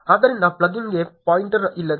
ಆದ್ದರಿಂದ ಪ್ಲಗಿನ್ಗೆ ಪಾಯಿಂಟರ್ ಇಲ್ಲಿದೆ